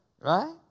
Right